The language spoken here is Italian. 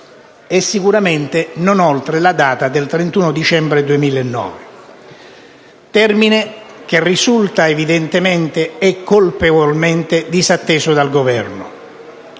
e sicuramente non oltre la data del 31 dicembre 2009, termine che risulta evidentemente e colpevolmente disatteso dal Governo.